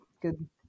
good